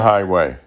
Highway